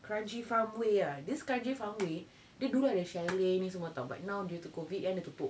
kranji farm way ah this kranji farm way dia dulu ada chalet ni semua but now due to COVID kan dia tutup